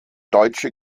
deutsche